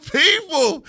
people